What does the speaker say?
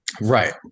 Right